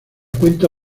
cuenta